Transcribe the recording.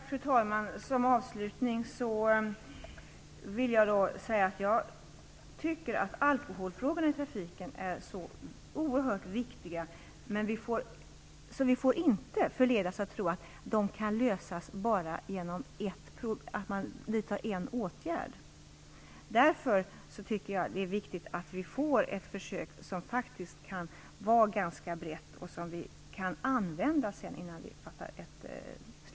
Fru talman! Frågorna om alkohol i trafiken är oerhört viktiga, och vi får inte förledas att tro att man löser dem bara genom att vidta en åtgärd. Innan vi fattar ett slutgiltigt beslut är det därför viktigt att det här försöket blir ganska brett och att resultatet också kan användas.